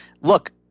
Look